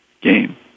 game